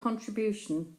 contribution